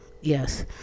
Yes